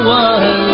one